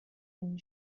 den